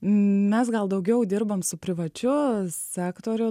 mes gal daugiau dirbam su privačiu sektoriu